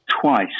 twice